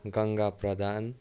Ganga Pradhan